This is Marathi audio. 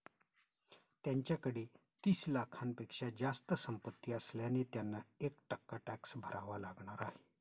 त्यांच्याकडे तीस लाखांपेक्षा जास्त संपत्ती असल्याने त्यांना एक टक्का टॅक्स भरावा लागणार आहे